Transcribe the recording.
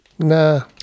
Nah